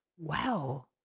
wow